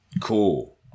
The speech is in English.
cool